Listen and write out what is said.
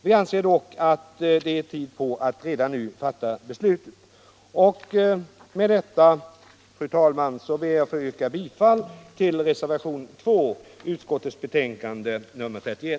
Vi anser dock att det redan nu är tid att fatta beslut.